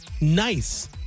NICE